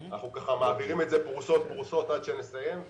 אנחנו מעבירים את זה פרוסות פרוסות עד שנסיים.